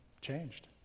changed